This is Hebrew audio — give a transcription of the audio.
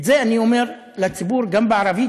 את זה אני אומר לציבור גם בערבית,